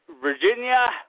Virginia